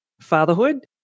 fatherhood